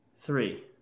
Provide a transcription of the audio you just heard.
Three